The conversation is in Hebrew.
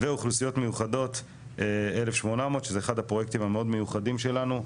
ואוכלוסיות מיוחדות 1,800. שזה אחד הפרויקטים המאוד מיוחדים שלנו.